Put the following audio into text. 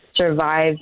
survive